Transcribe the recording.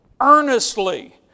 earnestly